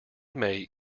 mate